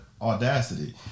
audacity